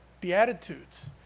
Beatitudes